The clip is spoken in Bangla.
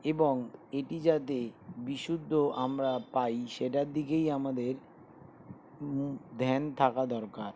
এবং এটি যাতে বিশুদ্ধ আমরা পাই সেটার দিকেই আমাদের ধ্যান থাকা দরকার